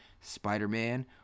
Spider-Man